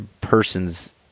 person's